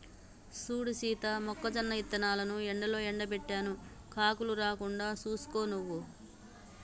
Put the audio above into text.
సూడు సీత మొక్కజొన్న ఇత్తనాలను ఎండలో ఎండబెట్టాను కాకులు రాకుండా సూసుకో నువ్వు